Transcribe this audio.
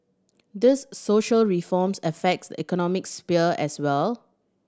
these social reforms affects the economic sphere as well